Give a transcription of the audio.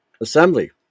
assembly